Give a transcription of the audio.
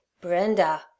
Brenda